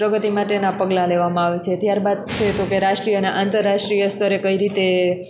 પ્રગતિ માટેના પગલાં લેવામાં આવે છે ત્યારબાદ છે તો કે રાષ્ટ્રિય અને આંતરરાષ્ટ્રિય સ્તરે કઈ રીતે